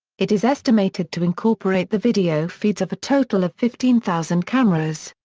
it is estimated to incorporate the video feeds of a total of fifteen thousand cameras.